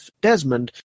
Desmond